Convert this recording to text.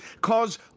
cause